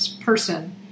person